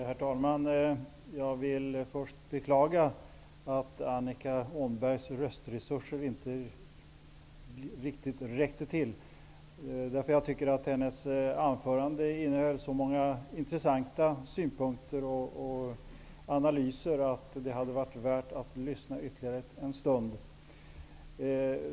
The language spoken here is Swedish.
Herr talman! Jag vill först beklaga att Annika Åhnbergs röstresurser inte riktigt räckte till. Jag tyckte att hennes anförande innhöll så många intressanta synpunkter och analyser att det hade varit värt att lyssna ytterligare en stund.